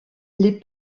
les